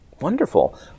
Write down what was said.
Wonderful